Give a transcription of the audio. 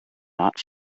not